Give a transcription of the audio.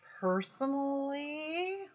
personally